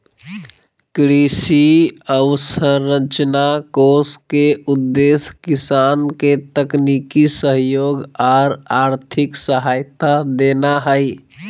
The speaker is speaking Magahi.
कृषि अवसंरचना कोष के उद्देश्य किसान के तकनीकी सहयोग आर आर्थिक सहायता देना हई